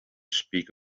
speak